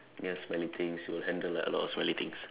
near smelly things you will handle like a lot of smelly things